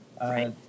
Right